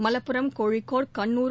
Malappuram Kozhikode Kannur